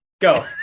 go